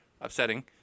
upsetting